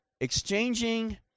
Exchanging